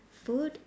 food